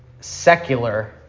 secular